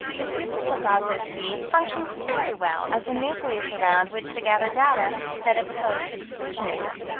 the super-sargasso sea functions very well as a nucleus around which to gather data that oppose exclusionism.